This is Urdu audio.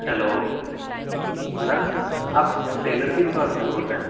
ہیلو میم آپ ٹیلر کی دکان سے بول رہے ہیں